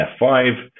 F5